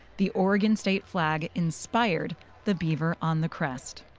the oregon state flag inspired the beaver on the crest.